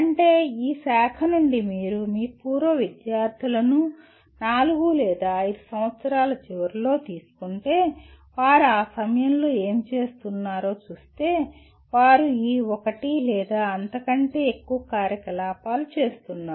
అంటే ఈ శాఖ నుండి మీరు మీ పూర్వ విద్యార్థులను నాలుగు లేదా ఐదు సంవత్సరాల చివరలో తీసుకుంటే వారు ఆ సమయంలో ఏమి చేస్తున్నారో చూస్తే వారు ఈ ఒకటి లేదా అంతకంటే ఎక్కువ కార్యకలాపాలు చేస్తున్నారు